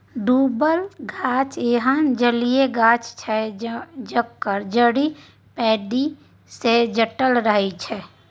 डुबल गाछ एहन जलीय गाछ छै जकर जड़ि पैंदी सँ सटल रहै छै